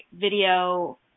video